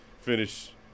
finish